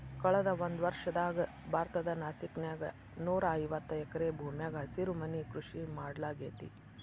ಕಳದ ಒಂದ್ವರ್ಷದಾಗ ಭಾರತದ ನಾಸಿಕ್ ನ್ಯಾಗ ನೂರಾಐವತ್ತ ಎಕರೆ ಭೂಮ್ಯಾಗ ಹಸಿರುಮನಿ ಕೃಷಿ ಮಾಡ್ಲಾಗೇತಿ